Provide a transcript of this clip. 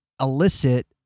elicit